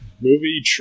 movie